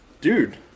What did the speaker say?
dude